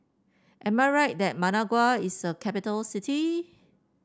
am I right that Managua is a capital city